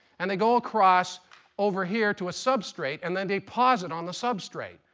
and they go across over here to a substrate and then they pause it on the substrate.